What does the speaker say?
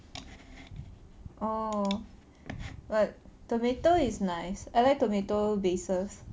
oh but tomato is nice I like tomato bases